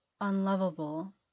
unlovable